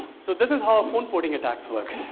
so this is how phone porting attacks work.